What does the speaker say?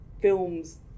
Films